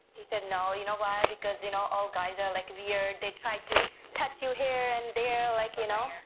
he said no. you know why? because, you know, all guys are like weird. they try to touch you here and there like, you know.